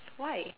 why